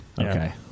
Okay